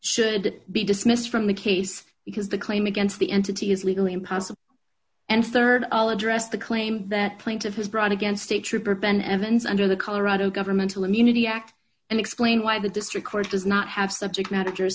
should be dismissed from the case because the claim against the entity is legally impossible and rd i'll address the claim that plaintiff has brought against state trooper ben evans under the colorado governmental immunity act and explain why the district court does not have subject ma